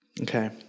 Okay